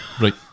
right